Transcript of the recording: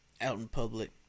out-in-public